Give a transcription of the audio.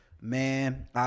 man